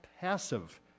passive